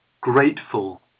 grateful